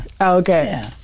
Okay